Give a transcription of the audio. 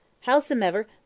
Howsomever